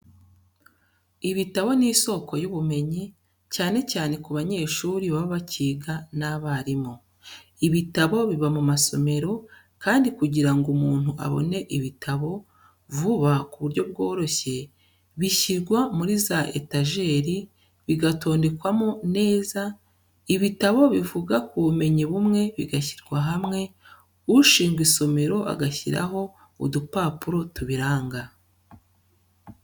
Ibitabo ni isoko y'ubumenyi, cyane cyane ku banyeshuri baba bakiga n'abarimu. Ibitabo biba mu masomero, kandi kugira ngo umuntu abone ibitabo vuba ku buryo bworoshye, bishyirwa muri za etajeri, bigatondekwamo neza, ibitabo bivuga ku bumenyi bumwe bigashyirwa hamwe, ushinzwe isomero agashyiraho udupapuro tubiranga.